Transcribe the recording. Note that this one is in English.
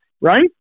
right